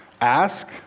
Ask